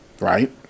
Right